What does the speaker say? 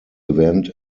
event